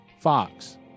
Fox